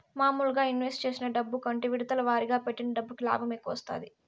మాములుగా ఇన్వెస్ట్ చేసిన డబ్బు కంటే విడతల వారీగా పెట్టిన డబ్బుకి లాభం ఎక్కువ వత్తాది